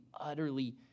utterly